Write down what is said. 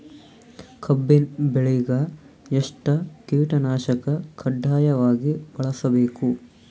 ಕಬ್ಬಿನ್ ಬೆಳಿಗ ಎಷ್ಟ ಕೀಟನಾಶಕ ಕಡ್ಡಾಯವಾಗಿ ಬಳಸಬೇಕು?